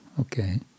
Okay